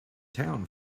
town